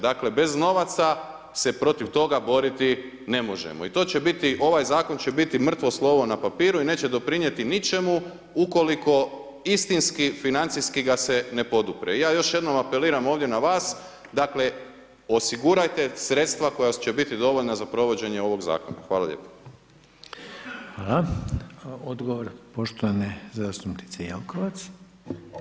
Dakle bez novaca se protiv toga boriti ne možemo i to će biti, ovaj zakon će biti mrtvo slovo na papiru i neće doprinijeti ničemu ukoliko istinski financijski ga se ne podupre i ja još jednom apeliram ovdje na vas, dakle osigurajte sredstva koja će biti dovoljna za provođenje ovog zakona.